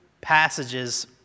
passages